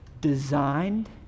designed